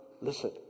listen